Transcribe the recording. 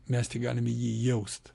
mes tik galime jį jaust